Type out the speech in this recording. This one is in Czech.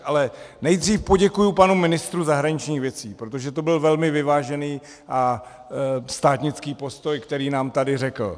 Ale nejdřív poděkuji panu ministru zahraničních věcí, protože to byl velmi vyvážený a státnický postoj, který nám tady řekl.